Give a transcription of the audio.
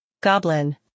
Goblin